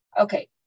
Okay